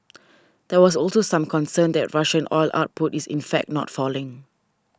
there was also some concern that Russian oil output is in fact not falling